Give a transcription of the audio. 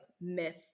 myth